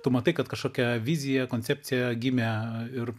tu matai kad kažkokia vizija koncepcija gimė ir